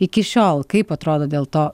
iki šiol kaip atrodo dėl to